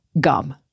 gum